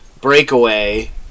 breakaway